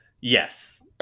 Yes